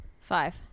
Five